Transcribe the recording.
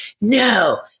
no